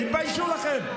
תתביישו לכם.